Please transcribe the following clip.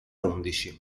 undici